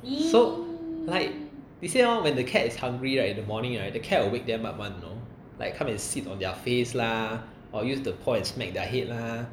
so like they say lor when the cat is hungry right in the morning right the cat will wake them up you know like come and sit on their face lah or use the paw smack their head lah